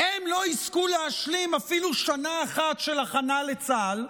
לא יזכו להשלים אפילו שנה אחת של הכנה לצה"ל,